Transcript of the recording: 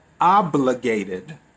obligated